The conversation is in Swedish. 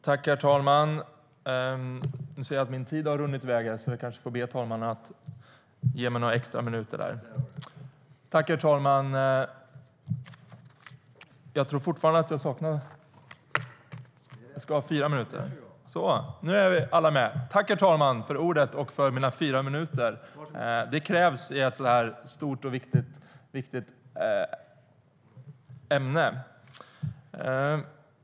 Herr talman! Jag ser att jag bara fått två minuter i talartid. Jag kanske får be herr talmannen att ge mig ytterligare två minuter. Så! Tack, herr talman, för mina fyra minuter! De krävs i ett så stort och viktigt ämne.